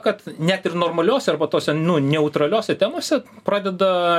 kad net ir normaliose arba tose nu neutraliose temose pradeda